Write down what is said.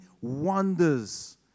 wonders